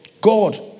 God